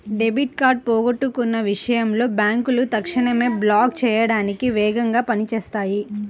debit card పోగొట్టుకున్న విషయంలో బ్యేంకులు తక్షణమే బ్లాక్ చేయడానికి వేగంగా పని చేత్తాయి